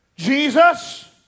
Jesus